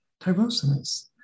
tyrosinase